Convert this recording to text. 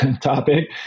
topic